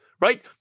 right